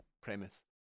premise